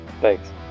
Thanks